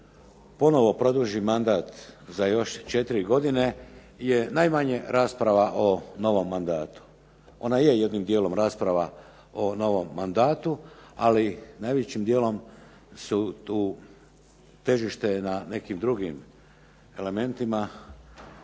ponovno produži mandat za još 4 godine je najmanje rasprava o novom mandatu. Ona je jednim dijelom rasprava o novom mandatu, ali najvećim dijelom težište je na nekim drugim elementima